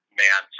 man